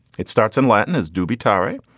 it starts in latin as dooby tarry.